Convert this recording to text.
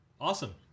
Awesome